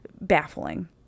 baffling